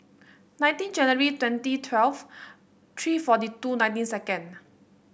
nineteen January twenty twelve three forty two nineteen second